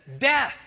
death